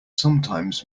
sometimes